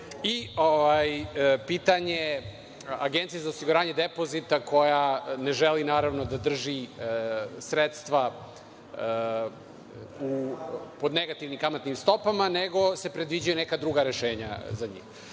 i pitanje Agencije za osiguranje depozita koja ne želi naravno da drži sredstva pod negativnim kamatnim stopama, nego se predviđaju neka druga rešenja za njih. Prvo,